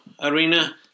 arena